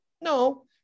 No